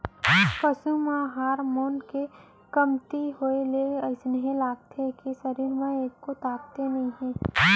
पसू म हारमोन के कमती होए ले अइसे लागथे के सरीर म एक्को ताकते नइये